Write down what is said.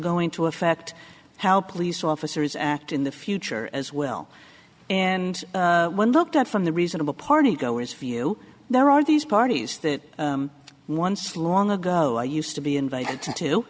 going to affect how police officers act in the future as well and when looked at from the reasonable party goers view there are these parties that once long ago i used to be invited to